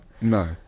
No